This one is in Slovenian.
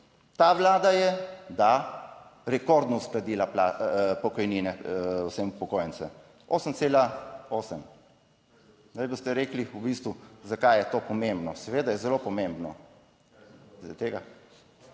Ta Vlada je, da, rekordno uskladila pokojnine vsem upokojencem, 8,8. Zdaj boste rekli v bistvu zakaj je to pomembno. Seveda je zelo pomembno. Zaradi tega…